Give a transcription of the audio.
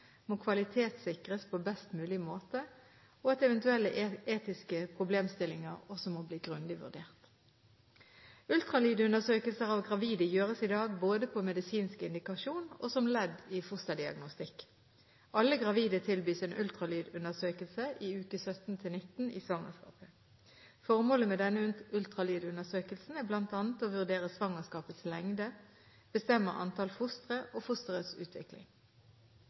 må kvalitetssikres på best mulig måte, og at eventuelle etiske problemstillinger også må bli grundig vurdert. Ultralydundersøkelser av gravide gjøres i dag både på medisinsk indikasjon og som ledd i fosterdiagnostikk. Alle gravide tilbys en ultralydundersøkelse i uke 17–19 i svangerskapet. Formålet med denne ultralydundersøkelsen er bl.a. å vurdere svangerskapets lengde, bestemme antall fostre og fosterets utvikling.